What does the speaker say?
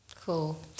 cool